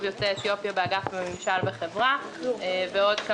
יוצאי אתיופיה באגף ממשל וחברה ועוד.